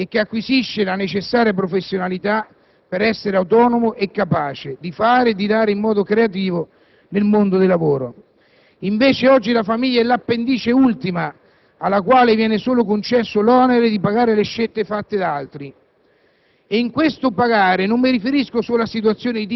che si forma per la vita secondo una morale, che acquisisce la necessaria professionalità per essere autonomo e capace di fare e di dare in modo creativo nel mondo del lavoro. Oggi, invece, la famiglia è l'appendice ultima alla quale viene solo concesso l'onere di pagare le scelte fatte da altri.